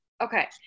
Okay